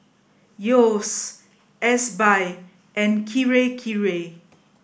Yeo's Ezbuy and Kirei Kirei